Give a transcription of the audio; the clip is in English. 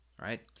right